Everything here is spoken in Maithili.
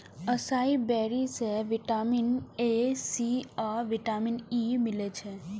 असाई बेरी सं विटामीन ए, सी आ विटामिन ई मिलै छै